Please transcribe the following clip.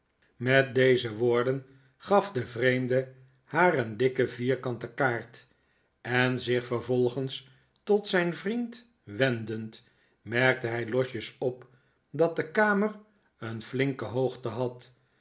met deze woorden gaf de vreemde haar een dikke vierkante kaart en zich vervolgens tot zijn vriend wendend merkte hij losjes op dat de kamer een flinke hoogte had